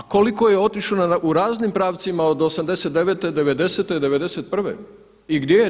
A koliko je otišlo u raznim pravcima od 89. – 90, 91. i gdje je to?